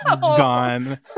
gone